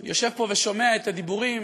אני יושב פה ושומע את הדיבורים